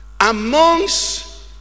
Amongst